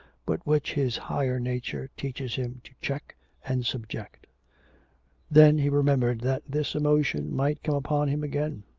but which his higher nature teaches him to check and subject then he remembered that this emotion might come upon him again.